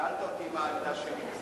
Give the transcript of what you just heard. שאלת אותי מה העמדה שלי.